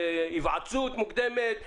היוועצות מוקדמת,